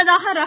முன்னதாக ர